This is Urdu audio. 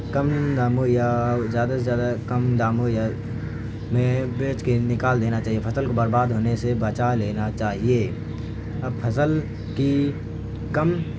کم داموں یا زیادہ سے زیادہ کم داموں یا میں بیچ کے نکال دینا چاہیے فصل کو برباد ہونے سے بچا لینا چاہیے اب فصل کی کم